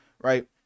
right